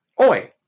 Oi